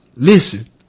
Listen